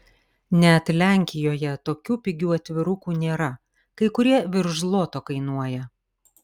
net lenkijoje tokių pigių atvirukų nėra kai kurie virš zloto kainuoja